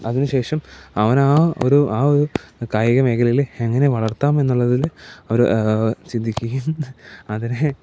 അതിന് ശേഷം അവനാൻ ആ ഒരു ആ ഒരു കായിക മേഖലയിൽ എങ്ങനെ വളർത്താം എന്നുള്ളതിൽ അവർ ചിന്തിക്കുകയും അതിനെ